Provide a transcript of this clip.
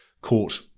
Court